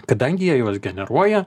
kadangi jie juos generuoja